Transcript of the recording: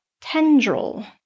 tendril